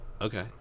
Okay